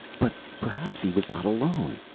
but perhaps he was not alone.